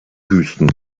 wüsten